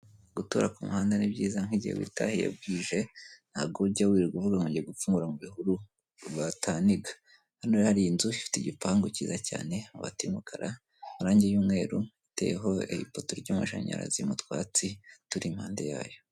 Gutura ku muhanda ni byiza, nk'igihe witahiye bwije ntabwo ujya wirira uvuga ngo gupfumurara mu bihuru bataniiga, hano hari inzu ifite igipangu cyiza cyane, abati y'umukara, amarangi y'umweru, iteyeho ipoto ry'amashanyarazi mu twatsi turi impande yayo.